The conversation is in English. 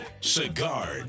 Cigar